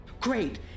Great